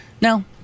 no